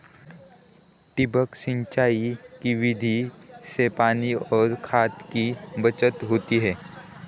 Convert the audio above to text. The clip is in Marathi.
ठिबक सिंचाई की विधि से पानी और खाद की बचत होती है